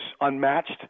unmatched